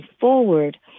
forward